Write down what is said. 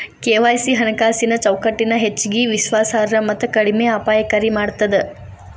KYC ಹಣಕಾಸಿನ್ ಚೌಕಟ್ಟನ ಹೆಚ್ಚಗಿ ವಿಶ್ವಾಸಾರ್ಹ ಮತ್ತ ಕಡಿಮೆ ಅಪಾಯಕಾರಿ ಮಾಡ್ತದ